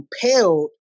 compelled